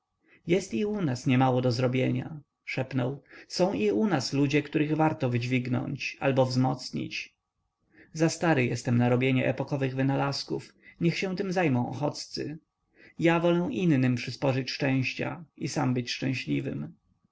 jest i u nas niemało do zrobienia szepnął są i u nas ludzie których warto wydźwignąć albo wzmocnić za stary jestem na robienie epokowych wynalazków niech się tem zajmują ochoccy ja wolę innym przysporzyć szczęścia i sam być szczęśliwym